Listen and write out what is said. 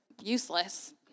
useless